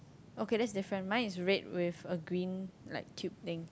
okay that's different mine is red with a green like tube thing